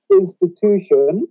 institution